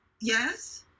Yes